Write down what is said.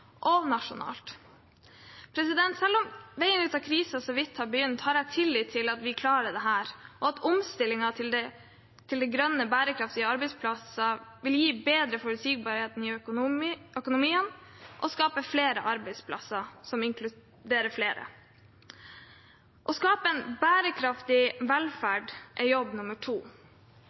og nasjonalt. Selv om veien ut av krisen så vidt har begynt, har jeg tillit til at vi klarer dette, og at omstillingen til grønne, bærekraftige arbeidsplasser vil gi bedre forutsigbarhet i økonomien og skape flere arbeidsplasser som inkluderer flere. Å skape en bærekraftig velferd er jobb nummer to.